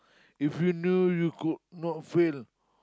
if you know you could not fail